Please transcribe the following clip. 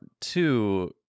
two